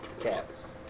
cats